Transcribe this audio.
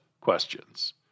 questions